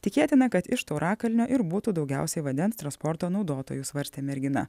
tikėtina kad iš taurakalnio ir būtų daugiausiai vandens transporto naudotojų svarstė mergina